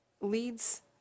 leads